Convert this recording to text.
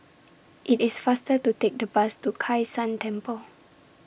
IT IS faster to Take The Bus to Kai San Temple